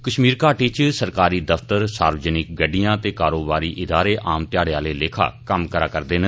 कश्मीर घाटी च सरकारी दफतर सार्वजनिक गड्डियां ते कारोबारी इदारें आम ध्याड़े आला लेखा कम्म करै करदे न